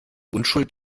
unschuld